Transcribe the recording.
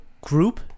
group